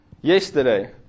yesterday